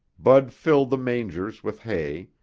bud filled the mangers with hay,